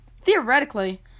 Theoretically